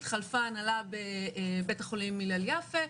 התחלפה ההנהלה בבית החולים הלל יפה,